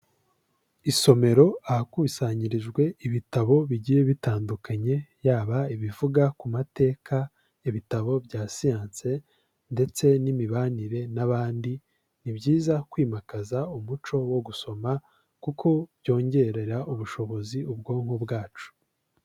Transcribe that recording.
Isomero ahakusanyirijwe ibitabo bigiye bitandukanye, yaba ibivuga ku mateka, ibitabo bya siyansi ndetse n'imibanire n'abandi, ni byiza kwimakaza umuco wo gusoma kuko byongerera ubushobozi ubwonko bwacu.